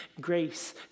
grace